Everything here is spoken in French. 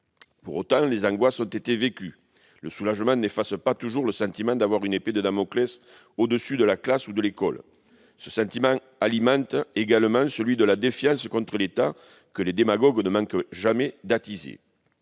Pour autant, des angoisses ont été vécues. Le soulagement n'efface pas toujours le sentiment d'avoir une épée de Damoclès suspendue au-dessus de la classe ou de l'école. Ce sentiment alimente également celui de la défiance contre l'État, que les démagogues ne manquent jamais d'attiser.